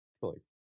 toys